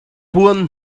puan